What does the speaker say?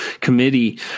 committee